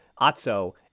Atso